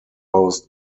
host